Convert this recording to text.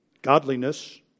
Godliness